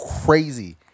crazy